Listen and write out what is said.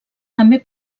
també